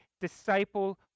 disciple